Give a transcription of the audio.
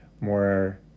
more